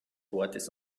wortes